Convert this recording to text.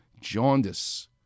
jaundice